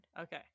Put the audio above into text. Okay